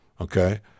okay